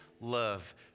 love